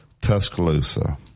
Tuscaloosa